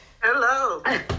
Hello